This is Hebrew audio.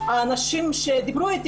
האנשים שדיברו איתי,